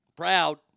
Proud